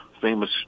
famous